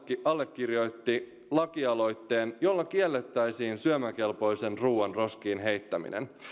allekirjoitti lakialoitteen jolla kiellettäisiin syömäkelpoisen ruuan roskiin heittäminen